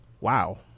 Wow